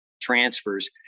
transfers